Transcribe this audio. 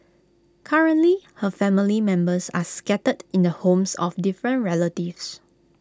currently her family members are scattered in the homes of different relatives